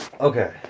Okay